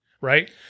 Right